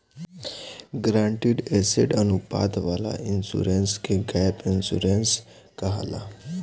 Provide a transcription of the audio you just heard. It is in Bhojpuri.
गारंटीड एसेट अनुपात वाला इंश्योरेंस के गैप इंश्योरेंस कहाला